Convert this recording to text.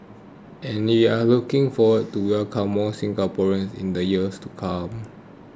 and are looking forward to welcoming more Singaporeans in the years to come